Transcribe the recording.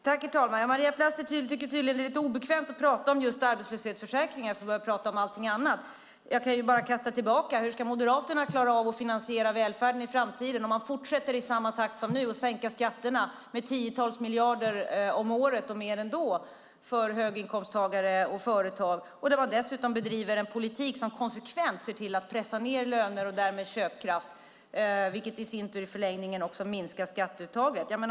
Herr talman! Maria Plass tycker tydligen att det är lite obekvämt att tala om arbetslöshetsförsäkringen eftersom hon börjar tala om allt möjligt annat. Jag kan kasta tillbaka frågan: Hur ska Moderaterna klara av att finansiera välfärden i framtiden om man fortsätter att i samma takt som nu sänka skatterna med tiotals miljarder om året, och mer ändå, för höginkomsttagare och företag och dessutom bedriver en politik som konsekvent pressar ned löner och därmed köpkraft, något som i förlängningen också minskar skatteuttaget.